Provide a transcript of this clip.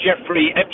Jeffrey